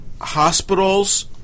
hospitals